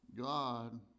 God